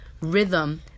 rhythm